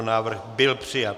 Návrh byl přijat.